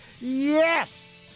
Yes